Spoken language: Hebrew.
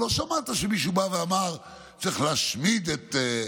לא שמעת שמישהו בא ואמר: צריך להשמיד את.